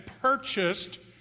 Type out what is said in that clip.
purchased